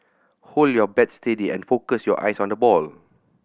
hold your bat steady and focus your eyes on the ball